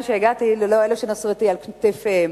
שהגעתי ללא אלה שנשאו אותי על כתפיהם.